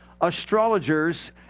astrologers